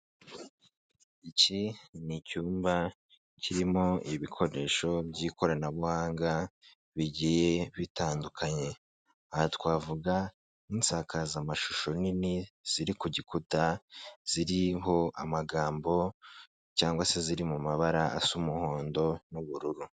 Iki ni icyumba kirimo ibikoresho by'ikoranabuhanga bigiye bitandukanye, aha twavuga nk'insakazamashusho nini ziri ku gikuta, ziriho amagambo cgangwa se ziri mu mabara asa umuhondo n'ubururu.